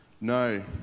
No